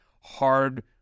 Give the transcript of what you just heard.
hard